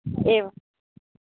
एवं